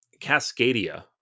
Cascadia